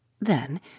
Then